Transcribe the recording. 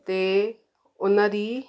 ਅਤੇ ਉਹਨਾਂ ਦੀ